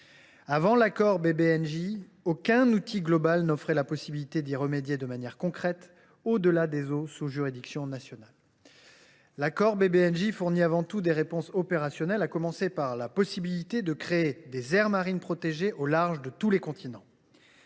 Avant l’accord BBNJ, aucun outil global n’offrait la possibilité d’y remédier de manière concrète au delà des eaux sous juridiction nationale. Ce texte fournit avant tout des réponses opérationnelles, à commencer par la possibilité de créer des aires marines protégées au large de tous les continents,